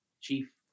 chief